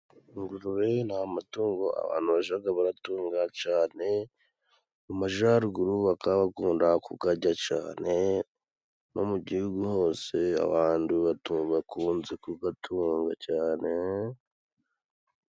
Ingurube ni amatungo abantu bajya baratunga cyane. Mu majyaruguru bakaba bakunda kuyarya cyane, no mu Gihugu hose abantu bakunze kuyatunga cyane.